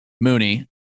Mooney